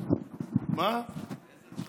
מתן כהנא,